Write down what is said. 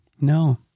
No